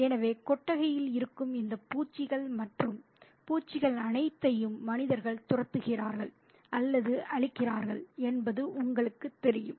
எனவே கொட்டகையில் இருக்கும் இந்த பூச்சிகள் மற்றும் பூச்சிகள் அனைத்தையும் மனிதர்கள் துரத்துகிறார்கள் அல்லது அழிக்கிறார்கள் என்பது உங்களுக்குத் தெரியும்